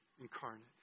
incarnate